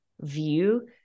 view